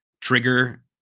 trigger